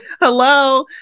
hello